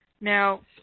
Now